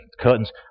curtains